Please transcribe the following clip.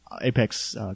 Apex